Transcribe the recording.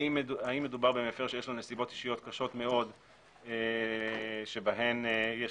האם מדובר במפר שיש לו נסיבות אישיות קשות מאוד שבהן יש